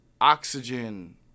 oxygen